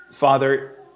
Father